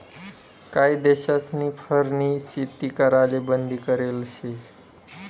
काही देशस्नी फरनी शेती कराले बंदी करेल शे